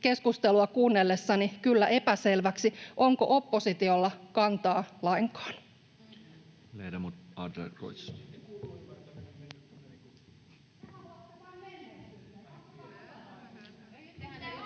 keskustelua kuunnellessani kyllä epäselväksi, onko oppositiolla kantaa lainkaan.